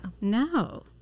No